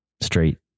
straight